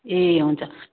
ए हुन्छ